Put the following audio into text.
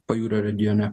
pajūrio regione